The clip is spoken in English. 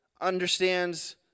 understands